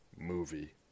movie